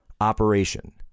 operation